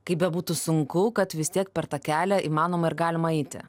kaip bebūtų sunku kad vis tiek per tą kelią įmanoma ir galima eiti